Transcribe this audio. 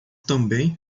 também